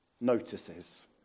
notices